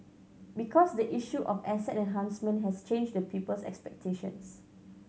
because the issue of asset enhancement has changed the people's expectations